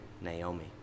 Naomi